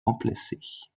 remplacées